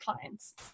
clients